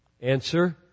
Answer